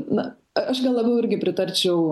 na aš gal labiau irgi pritarčiau